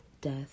death